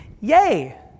Yay